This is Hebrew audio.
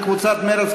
של קבוצת מרצ,